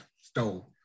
stole